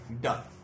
Done